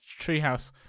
Treehouse